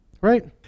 Right